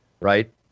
right